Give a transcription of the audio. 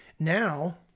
Now